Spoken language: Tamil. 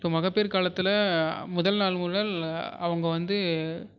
இப்போ மகப்பேறு காலத்தில் முதல் நாள் முதல் அவங்க வந்து